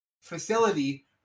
facility